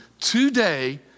today